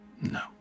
No